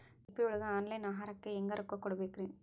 UPI ಒಳಗ online ಆಹಾರಕ್ಕೆ ಹೆಂಗ್ ರೊಕ್ಕ ಕೊಡಬೇಕ್ರಿ?